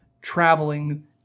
traveling